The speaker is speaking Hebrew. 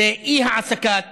זה אי-העסקת